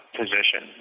position